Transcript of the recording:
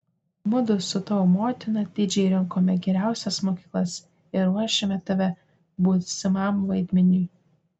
mudu su tavo motina atidžiai rinkome geriausias mokyklas ir ruošėme tave būsimam vaidmeniui